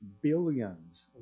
billions